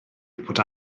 bod